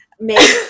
make